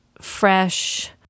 fresh